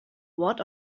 what